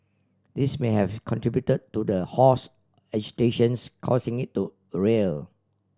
this may have contribute to the horse agitations causing it to a rear